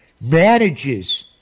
manages